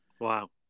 Wow